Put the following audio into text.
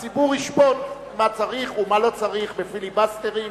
הציבור ישפוט מה צריך ומה לא צריך בפיליבסטרים.